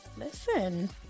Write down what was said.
listen